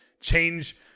change